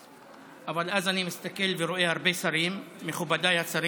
אז בחג הזה אני בוחרת לדבוק בערכיי, לעצור